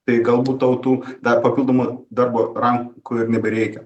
tai galbūt tau tų dar papildomų darbo rankų ir nebereikia